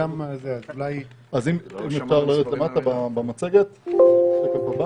אם מותר לרדת למטה במצגת לשקף הבא.